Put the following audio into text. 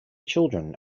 children